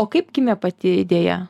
o kaip gimė pati idėja